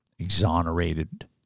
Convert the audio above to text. exonerated